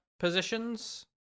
positions